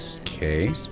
Okay